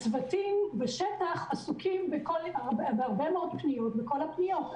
הצוותים בשטח עסוקים בהרבה מאוד פניות ובכל הפניות.